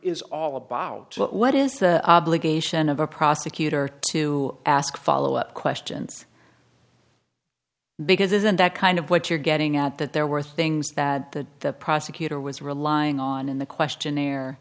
is all about what is the obligation of a prosecutor to ask follow up questions because isn't that kind of what you're getting at that there were things that the the prosecutor was relying on in the questionnaire